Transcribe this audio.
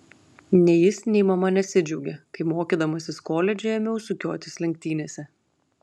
nei jis nei mama nesidžiaugė kai mokydamasis koledže ėmiau sukiotis lenktynėse